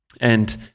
and-